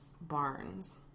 barns